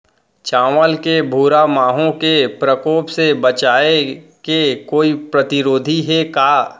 चांवल के भूरा माहो के प्रकोप से बचाये के कोई प्रतिरोधी हे का?